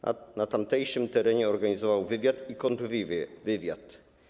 Na tamtejszym terenie organizował wywiad i kontrwywiad.